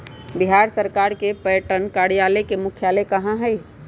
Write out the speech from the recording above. बिहार सरकार के पटसन कार्यालय के मुख्यालय कहाँ हई?